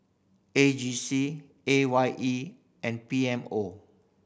A G C A Y E and P M O